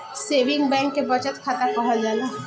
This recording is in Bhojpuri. सेविंग बैंक के बचत खाता कहल जाला